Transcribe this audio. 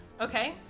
Okay